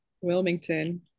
Wilmington